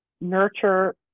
nurture